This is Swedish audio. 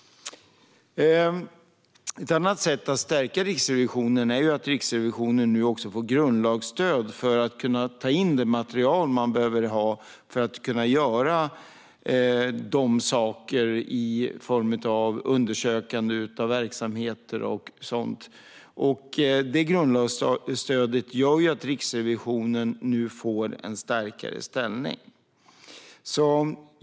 Ett annat sätt att stärka Riksrevisionen är att ge Riksrevisionen grundlagsstöd för att kunna ta in det material som man behöver ha för att kunna göra saker i form av undersökande av verksamheter och sådant. Det grundlagsstödet gör att Riksrevisionen nu får en starkare ställning.